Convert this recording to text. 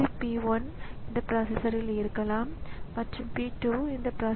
பின்னர் அது ஸிஸ்டம் கர்னலை இயக்காது எக்ஸிக்யுஷனை தாெடங்கும்